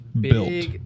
Built